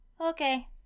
Okay